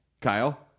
Kyle